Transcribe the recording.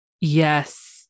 yes